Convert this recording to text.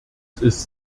ist